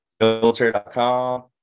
Military.com